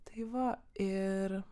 tai va ir